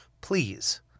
please